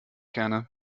gerne